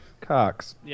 cocks